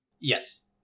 Yes